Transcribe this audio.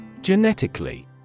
Genetically